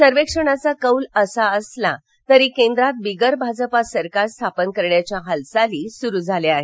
सर्वेक्षणाचा कौल असा असला तरी केंद्रात बिगर भाजपा सरकार स्थापन करण्याच्या हालचाली सुरू झाल्या आहेत